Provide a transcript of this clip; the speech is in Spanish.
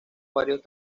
varios